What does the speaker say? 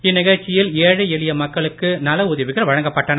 இந்நிகழ்ச்சியில் ஏழை எளிய மக்களுக்கு நல உதவிகள் வழங்கப்பட்டன